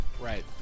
Right